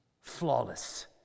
Flawless